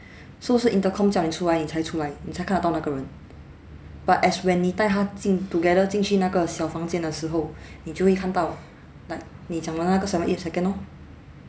so 是 intercom 叫你出来你才出来你才看得到那个人 but as when 你带他进 together 进去那个小房间的时候你就会看到 like 你讲的那个 seven eight second orh